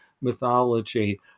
mythology